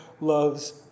loves